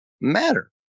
matter